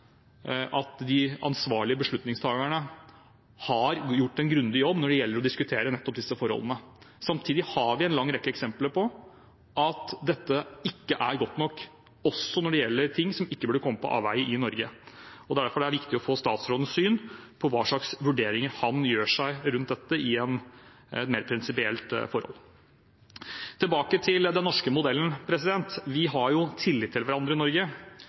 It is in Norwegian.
de ansvarlige beslutningstakerne har gjort en grundig jobb når det gjelder å diskutere nettopp disse forholdene. Samtidig har vi en lang rekke eksempler på at dette ikke er godt nok, heller ikke når det gjelder ting som ikke burde komme på avveie, i Norge. Derfor er det viktig å få statsrådens syn på hva slags vurderinger han mer prinsipielt gjør seg rundt dette. Tilbake til den norske modellen: Vi har jo tillit til hverandre i Norge,